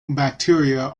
bacteria